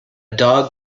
dog